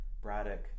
Braddock